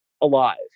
alive